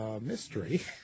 Mystery